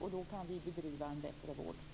Då kan vi bedriva en bättre vård.